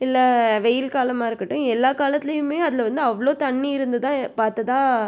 இல்லை வெயில் காலமாக இருக்கட்டும் எல்லா காலத்துலையுமே அதில் வந்து அவ்வளோ தண்ணி இருந்து தான் பார்த்ததா